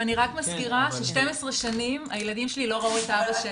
אני רק מזכירה ש-12 שנים הילדים שלי לא ראו את אבא שלהם.